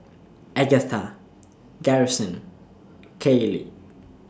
Agatha Garrison Kaylie